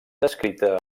descrita